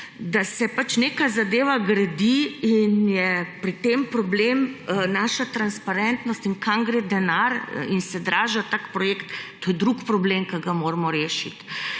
Da se neka zadeva gradi in je pri tem problem naša transparentnost in kam gre denar in se draži tak projekt, to je drug problem, ki ga moramo rešiti.